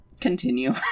Continue